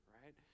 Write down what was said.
right